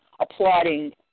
applauding